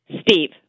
Steve